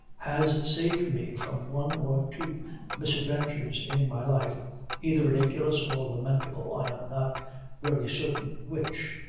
has saved me from one or two misadventures in my life either ridiculous or lamentable, i am not very certain which.